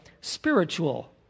spiritual